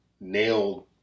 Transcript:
nailed